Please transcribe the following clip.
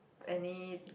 any